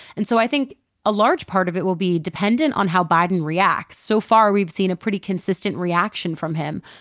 and so i think a large part of it will be dependent on how biden reacts. so far, we've seen a pretty consistent reaction from him.